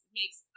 makes